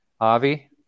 Avi